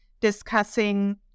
discussing